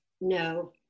no